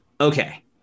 okay